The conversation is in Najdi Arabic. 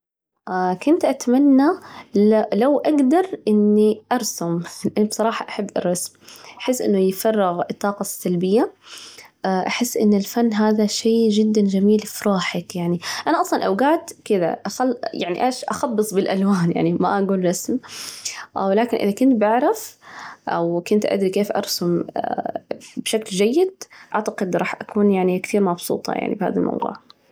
كنت أتمنى لو أجدر إني أرسم، لإني بصراحة أحب الرسم، أحس إنه يفرغ الطاقة السلبية، أحس إن الفن هذا شيء جداً جميل في راحة يعني، أنا أصلاً أوقات كذا، يعني إيش أخبص بالألوان، يعني ما أجول رسم، ولكن إذا كنت بعرف أو كنت أدري كيف أرسم بشكل جيد، أعتقد راح أكون يعني كثير مبسوطة يعني بهذا الموضوع.